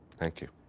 thank you.